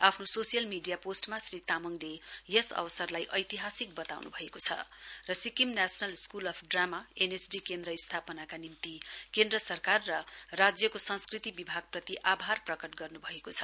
आफ्नो social media पोष्टमा श्री तामङले यस अवसरलाई ऐतिहासिक बताउनु भएको छ र Sikkim National School of Drama NSD केन्द्र स्थापनाका निम्ति केन्द्र सरकार र राज्यको संस्कृति विभागप्रति आभार प्रकट गर्नुभएको छ